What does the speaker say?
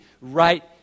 right